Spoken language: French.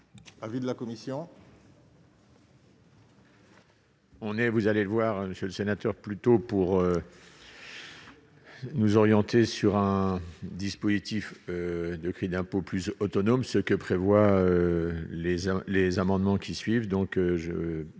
Avis de la commission.